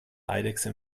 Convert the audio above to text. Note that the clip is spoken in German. eidechse